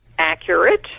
accurate